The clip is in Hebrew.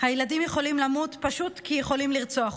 "הילדים יכולים למות, פשוט כי יכולים לרצוח אותם"